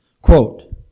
Quote